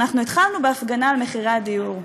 התחלנו בהפגנה על מחירי הדיור,